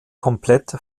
komplett